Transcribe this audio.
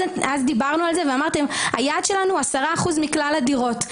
אז דיברנו על זה ואמרתם שהיעד שלכם הוא 10% מכלל הדירות,